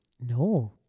no